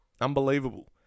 Unbelievable